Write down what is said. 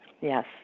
Yes